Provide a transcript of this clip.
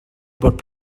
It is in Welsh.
bod